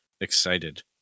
excited